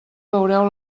veureu